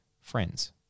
friends